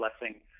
blessing